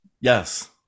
Yes